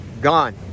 gone